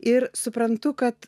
ir suprantu kad